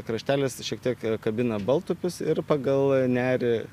kraštelis šiek tiek kabina baltupius ir pagal nerį